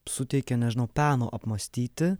suteikia nežinau peno apmąstyti